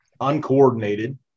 uncoordinated